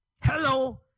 Hello